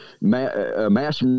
mass